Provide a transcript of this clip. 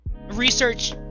research